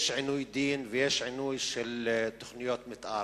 יש עינוי דין ויש עינוי של תוכניות מיתאר.